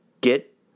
Get